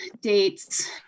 dates